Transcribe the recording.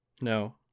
No